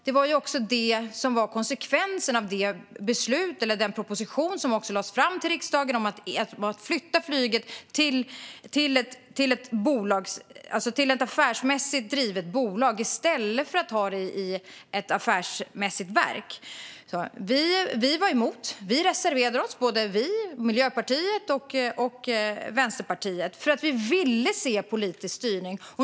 Detta är konsekvensen av den proposition som lades fram till riksdagen om att flytta flyget till ett affärsmässigt drivet bolag i stället för att ha det i ett affärsmässigt verk. Vi var emot och reserverade oss, Socialdemokraterna, Miljöpartiet och Vänsterpartiet, för vi ville se politisk styrning.